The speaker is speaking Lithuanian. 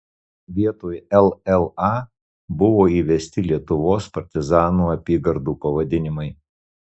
vietoj lla buvo įvesti lietuvos partizanų apygardų pavadinimai